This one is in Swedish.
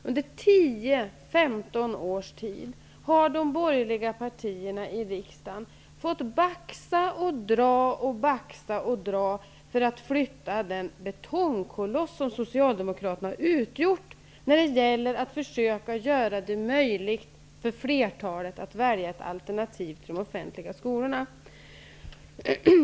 Under 10--15 år har de borgerliga partierna i riksdagen fått baxa och dra för att flytta den betongkoloss som socialdemokraterna har utgjort när det gäller att försöka göra det möjligt för flertalet att välja ett alternativ till de offentliga skolorna.